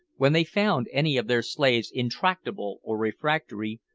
when they found any of their slaves intractable or refractory,